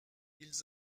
ils